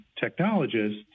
technologists